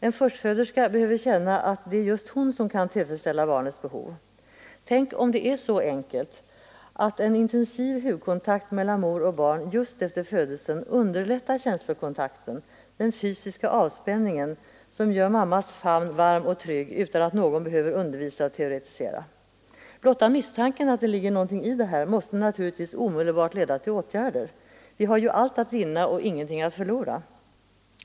En förstföderska behöver känna att det är just hon som kan tillfredsställa barnets behov. Tänk om det är så enkelt att en intensiv hudkontakt mellan mor och barn just efter födelsen underlättar känslokontakten och åstadkommer den fysiska avspänningen som gör mammans famn varm och trygg utan att någon behöver undervisa och teoretisera! Blotta misstanken att det ligger någonting i det här måste naturligtvis omedelbart leda till åtgärder. Vi har ju allt att vinna och ingenting att förlora.